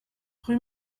rue